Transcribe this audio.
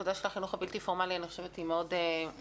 הנקודה של החינוך הבלתי פורמלי לא עלתה